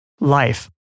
Life